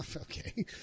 Okay